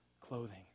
clothing